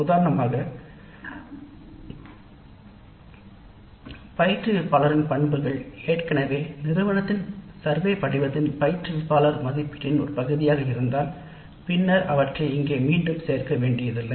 உதாரணமாக பயிற்றுவிப்பாளரின் பண்புகள் ஏற்கனவே நிறுவனத்தின் மதிப்பீட்டு படிமத்தின் உடைய ஆசிரிய மதிப்பீட்டின் ஒரு பகுதியாக இருந்தால் பின்னர் அவற்றை இங்கே மீண்டும் சேர்க்க வேண்டியதில்லை